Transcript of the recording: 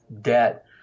debt